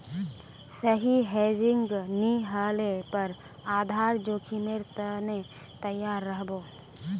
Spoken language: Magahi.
सही हेजिंग नी ह ल पर आधार जोखीमेर त न तैयार रह बो